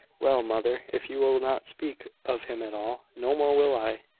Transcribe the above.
well, mother, if you will not speak of him at all, no more will i.